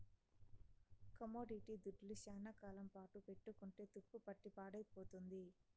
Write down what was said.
commodity దుడ్లు శ్యానా కాలం పాటు పెట్టుకుంటే తుప్పుపట్టి పాడైపోతుంది